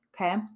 Okay